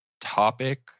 topic